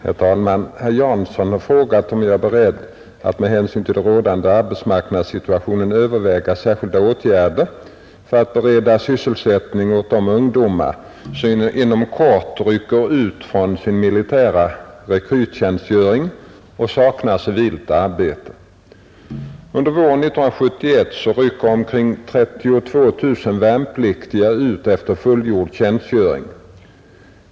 Herr talman! Herr Jansson har frågat om jag är beredd att med hänsyn till den rådande arbetsmarknadssituationen överväga särskilda åtgärder för att bereda sysselsättning åt de ungdomar som inom kort rycker ut från sin militära rekryttjänstgöring och saknar civilt arbete. Under våren 1971 rycker omkring 32 000 värnpliktiga ut efter fullgjord tjänstgöring.